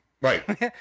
right